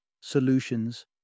solutions